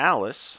Alice